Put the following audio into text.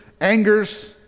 angers